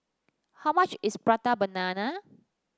how much is Prata Banana